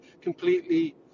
completely